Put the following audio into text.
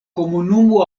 komunumo